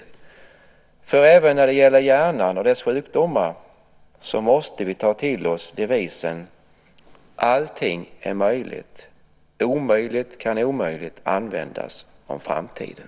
Även när det gäller hjärnan och dess sjukdomar måste vi ta till oss devisen "allting är möjligt". "Omöjligt" kan omöjligt användas om framtiden.